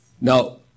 Now